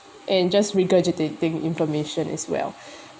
and just regurgitating information as well